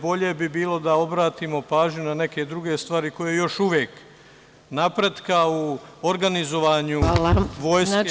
Bolje bi bilo da obratimo pažnju na neke druge stvari koje još uvek napretka u organizovanju vojske i vojnog života…